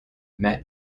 matt